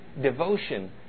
devotion